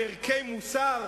על ערכי מוסר?